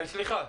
סליחה,